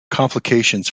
complications